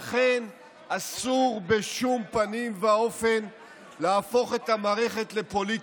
לכן אסור בשום פנים ואופן להפוך את המערכת לפוליטית.